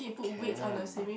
can